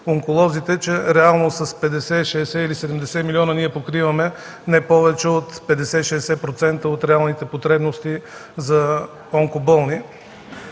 че реално, с 50-60 или 70 милиона ние покриваме не повече от 50-60% от реалните потребните за онкоболни.